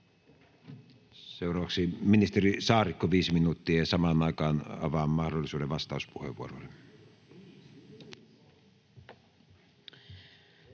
Seuraavaksi ministeri Saarikko, viisi minuuttia, ja samaan aikaan avaan mahdollisuuden vastauspuheenvuoroille.